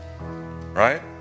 right